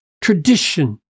tradition